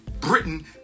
Britain